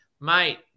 Mate